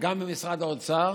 גם במשרד האוצר